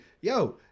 yo